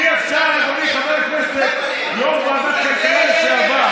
איזה יופי, פתאום התעוררו.